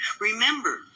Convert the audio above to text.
Remember